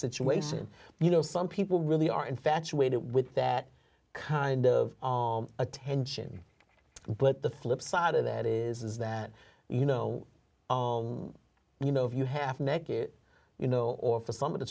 situation you know some people really are infatuated with that kind of attention but the flip side of that is is that you know you know if you have next you know or for some of the